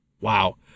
Wow